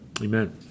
Amen